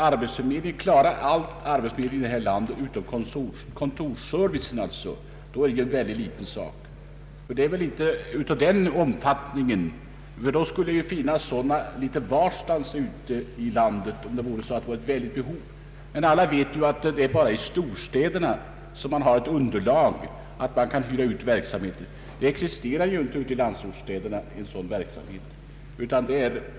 Om det förhåller sig så på vår arbetsmarknad att den offentliga arbetsförmedlingen klarar sina uppgifter utom vad beträffar kontorsservicen, så skulle det ju finnas ambulerande skrivbyråer litet varstans ute i landet, men alla vet ju att det är bara i storstäderna som det finns underlag för en uthyrningsverksamhet av det här slaget. Någonting sådant existerar inte i landsortsstäderna.